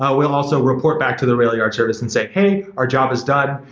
ah we'll also report back to the railyard service and say, hey, our job is done.